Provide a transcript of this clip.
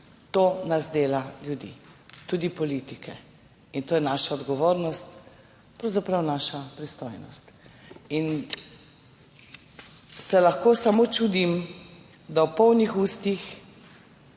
To nas dela ljudi, tudi politike. In to je naša odgovornost, pravzaprav naša pristojnost. In se lahko samo čudim, da v polnih ustih